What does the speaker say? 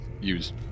use